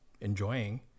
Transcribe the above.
enjoying